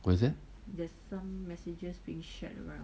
what is there